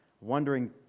wondering